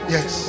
Yes